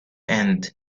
end